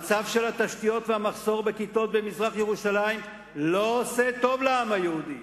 מצב התשתיות והמחסור בכיתות במזרח-ירושלים לא עושים טוב לעם היהודי.